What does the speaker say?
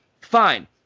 Fine